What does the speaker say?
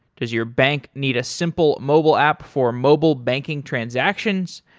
does your bank need a simple mobile app for mobile banking transactions?